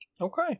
Okay